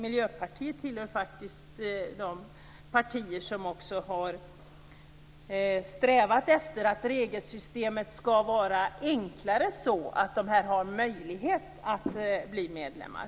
Miljöpartiet hör faktiskt till de partier som har strävat efter att regelsystemet skall vara enklare, så att länderna har möjlighet att bli medlemmar.